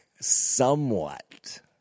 somewhat